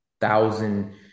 thousand